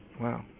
Wow